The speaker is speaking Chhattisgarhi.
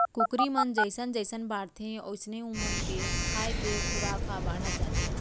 कुकरी मन जइसन जइसन बाढ़थें वोइसने ओमन के खाए के खुराक ह बाढ़त जाथे